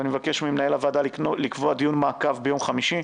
ואני מבקש ממנהל הוועדה לקבוע דיון מעקב ביום חמישי.